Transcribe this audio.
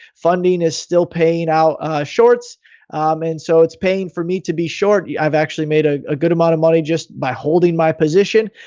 funding is still paying out shorts and so it's paying for me to be short. i've actually made ah a good amount of money just by holding my position.